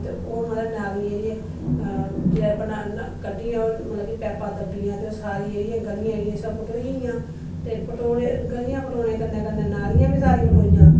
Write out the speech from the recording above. ते ओह् नाली जेह्ड़ी ऐ ते जिसलै पैपां दब्बिआं ते गलिआं सारी पटोईआं गलिआं पटोने कन्नै नालिआं बी सारी पटोईआं